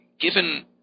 given